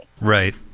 Right